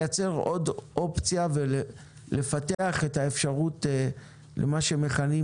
לייצר עוד אופציה ולפתח את האפשרות למה שמכנים